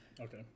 Okay